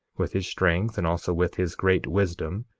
with his strength and also with his great wisdom,